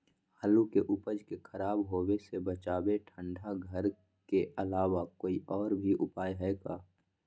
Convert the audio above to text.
आलू के उपज के खराब होवे से बचाबे ठंडा घर के अलावा कोई और भी उपाय है का?